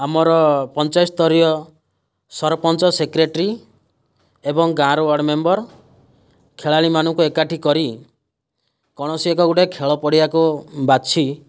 ଆମର ପଞ୍ଚାୟତ ସ୍ଥରୀୟ ସରପଞ୍ଚ ସେକ୍ରେଟାରୀ ଏବଂ ଗାଁର ୱାର୍ଡ଼ ମେମ୍ବର ଖେଳାଳିମାନଙ୍କୁ ଏକାଠି କରି କୌଣସି ଏକ ଗୋଟିଏ ଖେଳ ପଡ଼ିଆକୁ ବାଛି